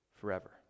forever